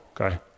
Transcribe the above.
okay